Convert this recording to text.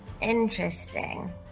Interesting